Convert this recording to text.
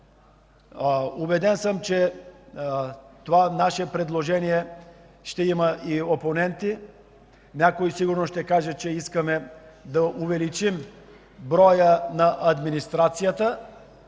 Убеден съм, че това наше предложение ще има и опоненти. Някой сигурно ще каже, че искаме да увеличим броя на администрацията,